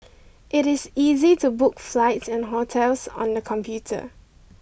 it is easy to book flights and hotels on the computer